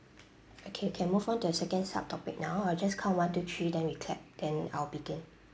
okay can move on to the second sub topic now I'll just count one two three then we clap then I'll begin